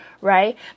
right